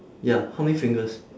ya how many fingers